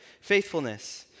faithfulness